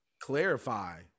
clarify